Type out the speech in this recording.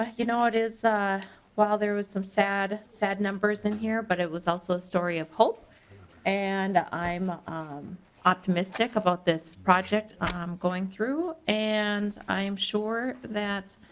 ah you know it is while there was sad sad numbers in here but it was also a story of hope and i'm optimistic about this project going through and i'm sure that